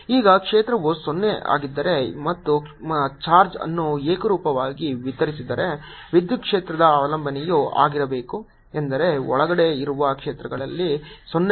ಈಗ ಕ್ಷೇತ್ರವು 0 ಆಗಿದ್ದರೆ ಮತ್ತು ಚಾರ್ಜ್ ಅನ್ನು ಏಕರೂಪವಾಗಿ ವಿತರಿಸಿದರೆ ವಿದ್ಯುತ್ ಕ್ಷೇತ್ರದ ಅವಲಂಬನೆಯು ಹೇಗಿರಬೇಕು ಎಂದರೆ ಒಳಗಡೆ ಇರುವ ಕ್ಷೇತ್ರಗಳು 0 ಆಗಿರಬೇಕು